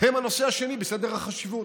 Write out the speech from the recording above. הם הנושא השני בסדר החשיבות,